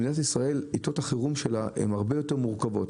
במדינת ישראל עתות החירום הן הרבה יותר מורכבות,